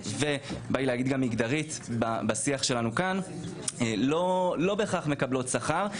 ובא לי להגיד גם "מגדרית" בשיח שלנו כאן לא בהכרח מקבלות שכר.